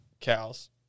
cows